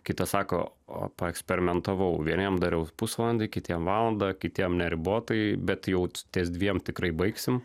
kitas sako o paeksperimentavau vieniem dariau pusvalandį kitiem valandą kitiem neribotai bet jau ties dviem tikrai baigsim